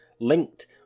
linked